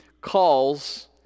calls